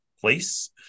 place